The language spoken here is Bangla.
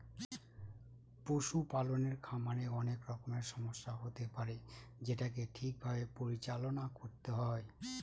পশুপালকের খামারে অনেক রকমের সমস্যা হতে পারে যেটাকে ঠিক ভাবে পরিচালনা করতে হয়